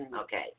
Okay